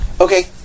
Okay